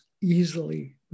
easily